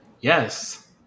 Yes